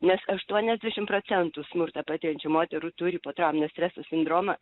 nes aštuoniasdešim procentų smurtą patiriančių moterų turi potrauminio streso sindromą